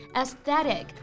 Aesthetic